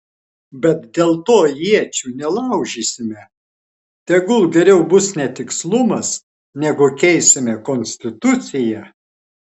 bet dėl to iečių nelaužysime tegul geriau bus netikslumas negu keisime konstituciją